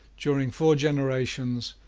during four generations,